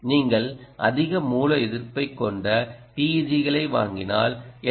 நீங்கள் அதிக மூல எதிர்ப்பைக் கொண்ட TEG களை வாங்கினால் எல்